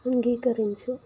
అంగీకరించు